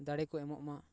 ᱫᱟᱲᱮ ᱠᱚ ᱮᱢᱚᱜ ᱢᱟ